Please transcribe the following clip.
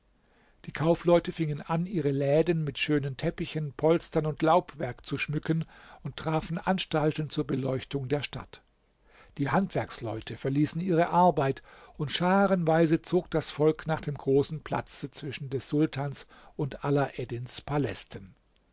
die kaufleute fingen an ihre läden mit schönen teppichen polstern und laubwerk zu schmücken und trafen anstalten zur beleuchtung der stadt die handwerksleute verließen ihre arbeit und scharenweise zog das volk nach dem großen platz zwischen des sultans und alaeddins palästen